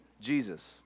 Jesus